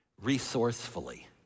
resourcefully